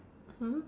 hmm